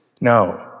No